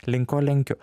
link ko lenkiu